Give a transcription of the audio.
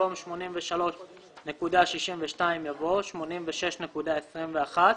במקום "83.62" בא "86.21".